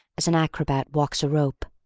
as an acrobat walks a rope,